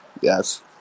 Yes